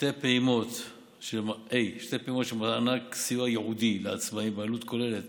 שתי פעימות של מענק סיוע ייעודי לעצמאים בעלות כוללת